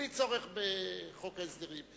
בלי צורך בחוק ההסדרים.